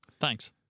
thanks